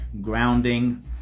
grounding